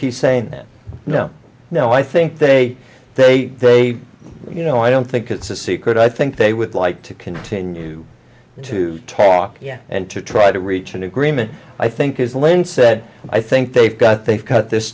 he's saying no no i think they they they you know i don't think it's a secret i think they would like to continue to talk yet and to try to reach an agreement i think is len said i think they've got they've got this